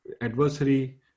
adversary